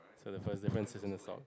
so the first difference is in the top